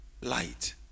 Light